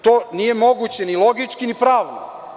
To nije moguće ni logički ni pravno.